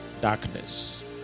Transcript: darkness